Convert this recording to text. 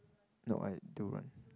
no I do run